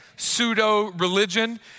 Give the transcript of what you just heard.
pseudo-religion